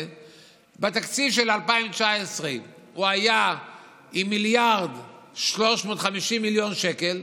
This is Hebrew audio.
בתקציב של 2019 הכסף הזה היה מיליארד ו-350 מיליון שקל,